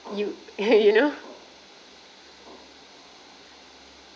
you you know